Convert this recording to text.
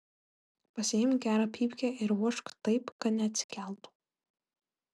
pasiimk gerą pypkę ir vožk taip kad neatsikeltų